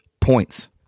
points